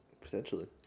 Potentially